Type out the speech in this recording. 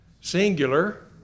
singular